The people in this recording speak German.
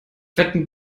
wetten